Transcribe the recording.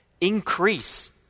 increase